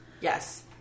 Yes